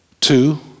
Two